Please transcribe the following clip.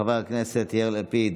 חבר הכנסת יאיר לפיד,